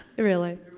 really.